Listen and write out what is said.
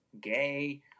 gay